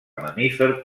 mamífer